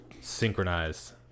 Synchronized